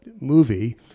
movie